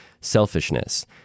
selfishness